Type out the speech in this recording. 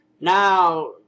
Now